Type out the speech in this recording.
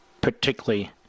particularly